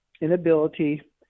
inability